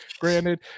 Granted